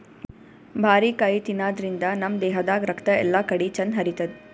ಬಾರಿಕಾಯಿ ತಿನಾದ್ರಿನ್ದ ನಮ್ ದೇಹದಾಗ್ ರಕ್ತ ಎಲ್ಲಾಕಡಿ ಚಂದ್ ಹರಿತದ್